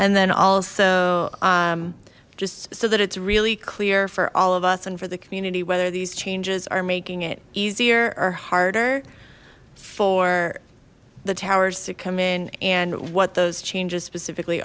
and then also just so that it's really clear for all of us and for the community whether these changes are making it easier or harder for the towers to come in and what those changes specifically